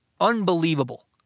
unbelievable